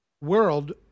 world